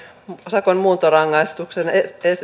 sakon muuntorangaistuksen